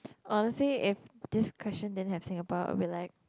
honestly if this question didn't have Singapore I will be like